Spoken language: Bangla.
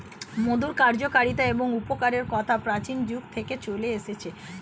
মধুর কার্যকারিতা এবং উপকারের কথা প্রাচীন যুগ থেকে চলে আসছে